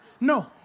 No